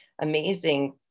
amazing